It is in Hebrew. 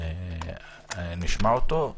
נשמע אותו,